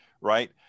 right